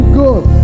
good